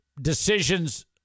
decisions